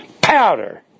powder